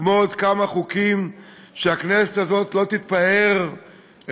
כמו עוד כמה חוקים שהכנסת הזאת לא תתפאר בהשגתם,